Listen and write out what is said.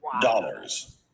dollars